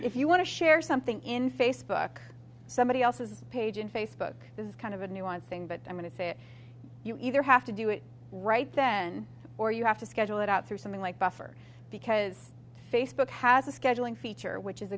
if you want to share something in facebook somebody else's page in facebook is kind of a nuance thing but i'm going to say you either have to do it right then or you have to schedule it out through something like buffer because facebook has a scheduling feature which is